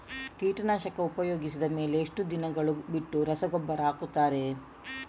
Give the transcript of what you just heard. ಕೀಟನಾಶಕ ಉಪಯೋಗಿಸಿದ ಮೇಲೆ ಎಷ್ಟು ದಿನಗಳು ಬಿಟ್ಟು ರಸಗೊಬ್ಬರ ಹಾಕುತ್ತಾರೆ?